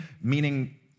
meaning